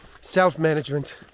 self-management